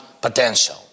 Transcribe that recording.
potential